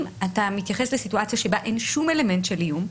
אם אתה מתייחס לסיטואציה שבה אין שום אלמנט של איום,